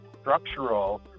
structural